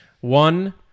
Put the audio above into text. One